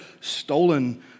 stolen